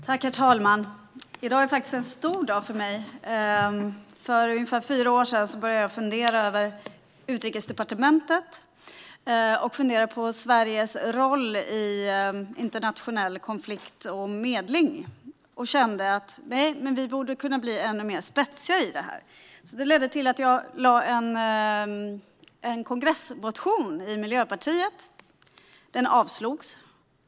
Herr talman! I dag är det faktiskt en stor dag för mig. För ungefär fyra år sedan började jag fundera över Utrikesdepartementets och Sveriges roll i internationella konflikter och medling. Jag kände att vi borde kunna bli ännu mer spetsiga i fråga om detta. Det ledde till att jag väckte en motion på Miljöpartiets kongress. Den avslogs.